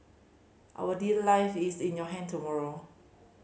our leader life is in your hand tomorrow